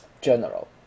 general